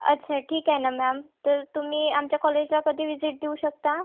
अच्छा ठीक आहे ना मॅम तर तुम्ही आमच्या कॉलेजला कधी व्हिजीट देऊ शकता